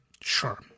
Sure